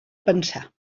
pensar